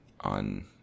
on